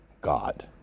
God